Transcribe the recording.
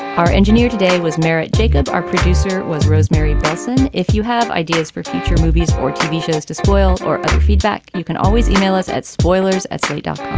our engineer today was merritt jacob. our producer was rosemary mason. if you have ideas for teacher movies or tv shows, despoil or other feedback, you can always e-mail us at spoilers at slate.